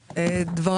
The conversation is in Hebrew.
איפה נשמע דבר